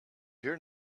here